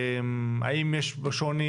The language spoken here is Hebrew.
האם יש בו שוני?